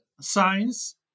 science